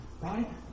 right